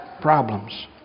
problems